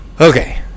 Okay